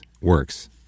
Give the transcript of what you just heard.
works